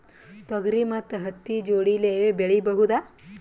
ತೊಗರಿ ಮತ್ತು ಹತ್ತಿ ಜೋಡಿಲೇ ಬೆಳೆಯಬಹುದಾ?